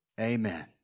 Amen